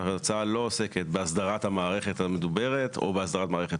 ההצעה לא עוסקת בהסדרת המערכת המדוברת או בהסדרת מערכת